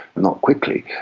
not quickly,